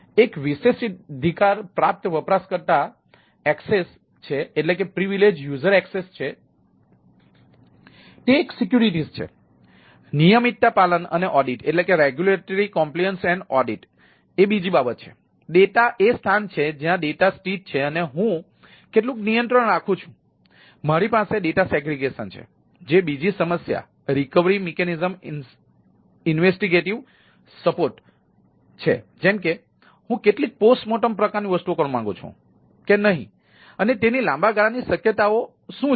એક વિશેષાધિકાર પ્રાપ્ત વપરાશકર્તા એક્સેસ છે જેમ કે હું કેટલીક પોસ્ટ મોર્ટમ પ્રકારની વસ્તુઓ કરવા માંગુ છું કે નહીં અને તેની લાંબા ગાળાની શક્યતા શું છે